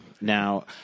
Now